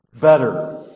Better